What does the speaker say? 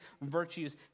virtues